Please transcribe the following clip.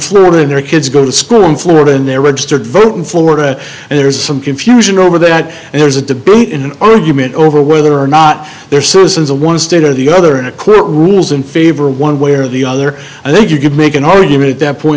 florida and their kids go to school in florida and they're registered to vote in florida and there's some confusion over that and there's a debate in an argument over whether or not they're citizens of one state or the other and a clear rules in favor one way or the other i think you could make an argument that point